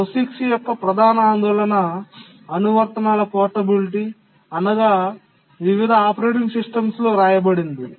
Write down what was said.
POSIX యొక్క ప్రధాన ఆందోళన అనువర్తనాల పోర్టబిలిటీ అనగా వివిధ ఆపరేటింగ్ సిస్టమ్స్లో వ్రాయబడింది